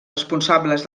responsables